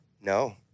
No